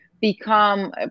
become